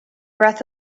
breath